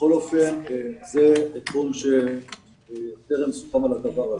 בכל אופן, זה תחום שטרם סוכם עליו.